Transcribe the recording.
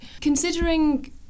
Considering